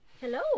Hello